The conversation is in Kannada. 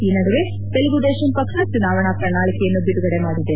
ಈ ನಡುವೆ ತೆಲುಗುದೇಶಂ ಪಕ್ಷ ಚುನಾವಣೆ ಪ್ರಣಾಳಿಕೆಯನ್ನು ಬಿಡುಗಡೆ ಮಾಡಿದೆ